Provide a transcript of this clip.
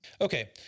Okay